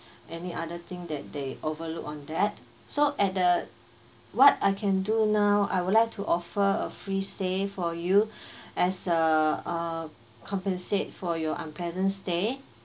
any other thing that they overlook on that so at the what I can do now I would like to offer a free stay for you as a uh compensate for your unpleasant stay